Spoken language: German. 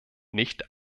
nicht